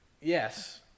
Yes